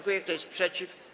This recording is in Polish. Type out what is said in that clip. Kto jest przeciw?